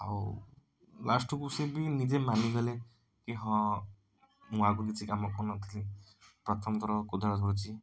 ଆଉ ଲାଷ୍ଟ କୁ ସେ ବି ନିଜେ ମାନିଗଲେ କି ହଁ ମୁଁ ଆଗରୁ କିଛି କାମ କରୁ ନଥିଲି ପ୍ରଥମ ଥର କୋଦାଳ ଧରୁଛି